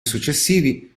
successivi